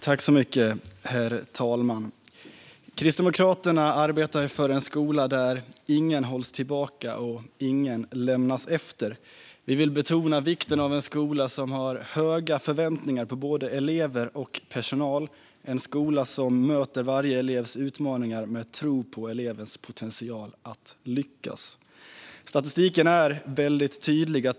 Herr talman! Kristdemokraterna arbetar för en skola där ingen hålls tillbaka och ingen lämnas efter. Vi vill betona vikten av en skola som har höga förväntningar på både elever och personal - en skola som möter varje elevs utmaningar med tro på elevens potential att lyckas. Statistiken är väldigt tydlig.